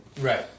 right